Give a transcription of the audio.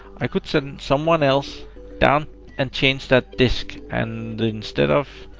i could send someone else down and change that disk, and instead of,